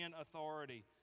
authority